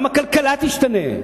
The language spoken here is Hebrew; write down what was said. גם הכלכלה תשתנה,